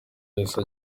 yahise